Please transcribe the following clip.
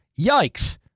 Yikes